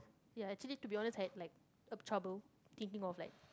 ya actually to be honest I like up trouble thinking of like